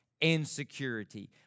insecurity